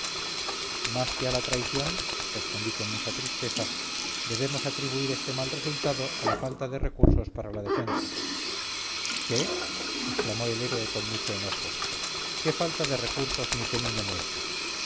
más que a la traición respondí con mucha tristeza debemos atribuir este mal resultado a la falta de recursos para la defensa qué exclamó el héroe con mucho enojo qué falta de recursos ni qué niño muerto